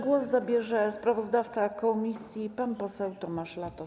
Głos zabierze sprawozdawca komisji pan poseł Tomasz Latos.